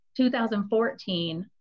2014